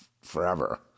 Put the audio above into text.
forever